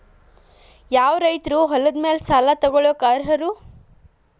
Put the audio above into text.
ಯಾವ ರೈತರು ಹೊಲದ ಮೇಲೆ ಸಾಲ ತಗೊಳ್ಳೋಕೆ ಅರ್ಹರು?